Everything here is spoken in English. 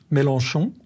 Mélenchon